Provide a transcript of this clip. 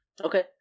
okay